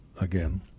again